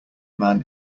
man